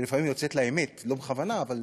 שלפעמים יוצאת לה האמת, לא בכוונה, אבל